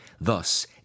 Thus